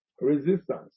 resistance